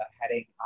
heading